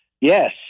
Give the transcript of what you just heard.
yes